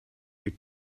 you